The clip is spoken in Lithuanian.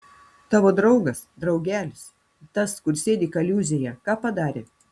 tavo draugas draugelis tas kur sėdi kaliūzėje ką padarė